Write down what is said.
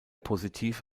positiv